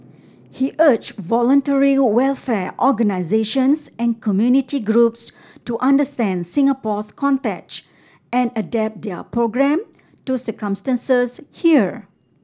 he urged voluntary welfare organisations and community groups to understand Singapore's context and adapt their programme to circumstances here